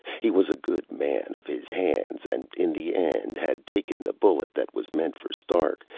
he was a good man of his hands, and in the end had taken the bullet that was meant for stark,